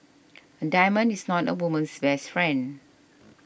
a diamond is not a woman's best friend